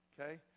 Okay